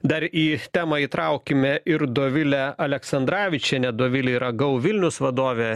dar į temą įtraukime ir dovilę aleksandravičienę dovilė yra go vilnius vadovė